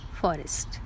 forest